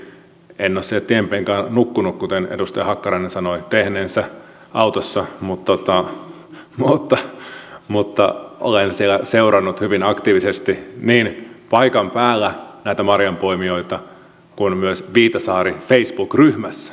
en ole siellä tien penkalla nukkunut kuten edustaja hakkarainen sanoi tehneensä autossa mutta olen siellä seurannut hyvin aktiivisesti niin paikan päällä näitä marjanpoimijoita kuin myös viitasaari facebookryhmässä